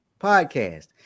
podcast